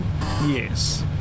Yes